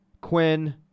Quinn